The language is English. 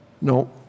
No